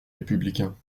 républicains